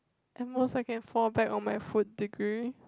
at most I can fall back on my food degree